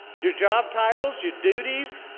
your job titles, your duties,